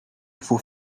faut